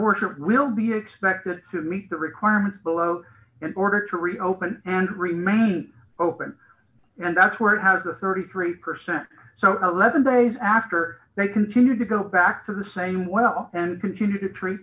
worship will be expected to meet the requirements below in order to reopen and remain open and that's where it has a thirty three percent so eleven days after they continue to go back to the same well and continue to treat